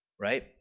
right